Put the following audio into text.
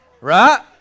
Right